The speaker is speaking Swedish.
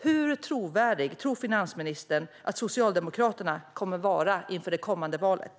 Hur trovärdiga tror finansministern att Socialdemokraterna kommer att vara inför det kommande valet?